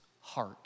heart